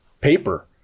paper